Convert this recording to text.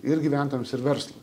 ir gyventojams ir verslui